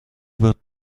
wird